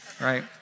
right